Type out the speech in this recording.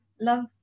love